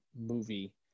movie